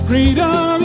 Freedom